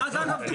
ואז אגב,